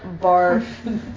barf